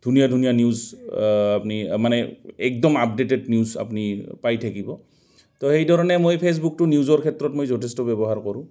ধুনীয়া ধুনীয়া নিউজ আপুনি মানে একদম আপডেটেড নিউজ আপুনি পাই থাকিব তো সেইধৰণে মই ফেচবুকটো নিউজৰ ক্ষেত্ৰত মই যথেষ্ট ব্যৱহাৰ কৰোঁ